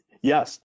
yes